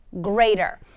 greater